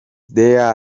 there